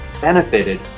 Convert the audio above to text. benefited